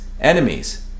enemies